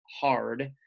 hard